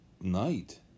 night